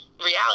reality